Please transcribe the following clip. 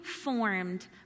formed